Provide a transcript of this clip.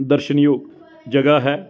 ਦਰਸ਼ਨਯੋਗ ਜਗ੍ਹਾ ਹੈ